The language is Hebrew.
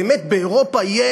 באמת, באירופה יהיה